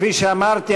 כפי שאמרתי,